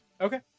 Okay